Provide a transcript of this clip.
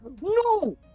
No